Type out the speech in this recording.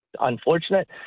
unfortunate